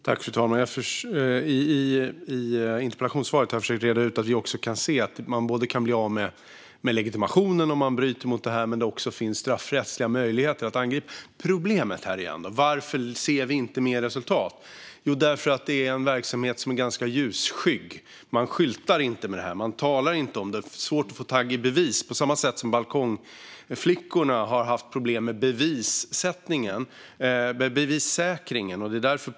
Fru talman! I interpellationssvaret försökte jag reda ut att vi kan se att man kan bli av med legitimationen om man bryter mot detta och att det också finns straffrättsliga möjligheter att angripa det hela. Varför ser vi då inte mer resultat? Ja, därför att det är en verksamhet som är ganska ljusskygg. Man skyltar inte med det här; man talar inte om det. Det är svårt att få tag i bevis, på samma sätt som det har funnits problem med bevissäkringen när det gäller balkongflickorna.